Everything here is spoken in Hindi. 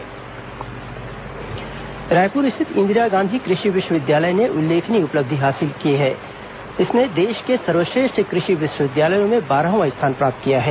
कृषि विवि रैंकिंग रायपुर स्थित इंदिरा गांधी कृषि विश्वविद्यालय ने उल्लेखनीय उपलब्धि हासिल करते हुए देश के सर्वश्रेष्ठ कृषि विश्वविद्यालयों में बारहवां स्थान प्राप्त किया है